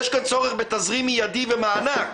יש כאן צורך בתזרים מיידי ובמענק.